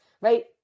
right